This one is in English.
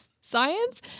Science